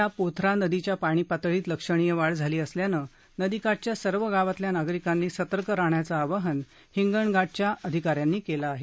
सध्या पोथरा नदीच्या पाणीपातळीत लक्षणीय वाढ झाली असल्याने नदीकाठाच्या सर्व गावातील नागरिकांनी सतर्क राहण्याचं आवाहन हिंगणघाटच्या उपविभागीय अधिका यांनी केले आहे